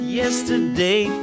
yesterday